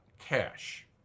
Cash